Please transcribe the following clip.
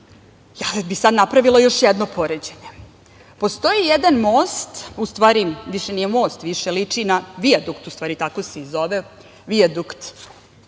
ja bih sad napravila još jedno poređenje. Postoji jedan most, u stvari više nije most, više liči na vijadukt, u stvari tako se i zove, vijadukt